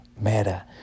matter